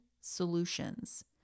solutions